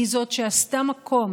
היא זו שעשתה מקום